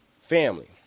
family